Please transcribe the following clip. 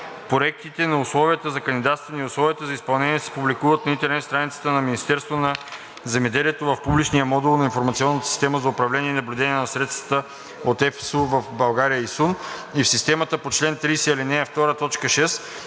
условията за кандидатстване и условията за изпълнение се публикуват на интернет страницата на Министерството на земеделието, в публичния модул на Информационната система за управление и наблюдение на средствата от ЕФСУ в България (ИСУН) и в системата по чл. 30, ал.